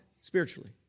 spiritually